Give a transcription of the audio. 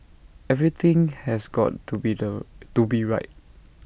everything has got to be the to be right